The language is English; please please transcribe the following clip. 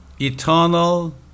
eternal